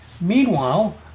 Meanwhile